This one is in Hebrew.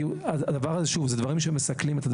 הדבר הזה זה דברים שמסכנים.